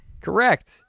correct